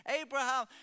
Abraham